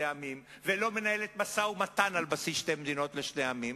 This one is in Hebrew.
עמים ולא מנהלת משא-ומתן על בסיס שתי מדינות לשני עמים,